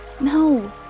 No